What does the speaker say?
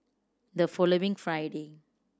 the following Friday